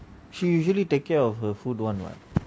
she usually take care of her food [one] [what]